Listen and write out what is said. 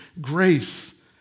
grace